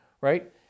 right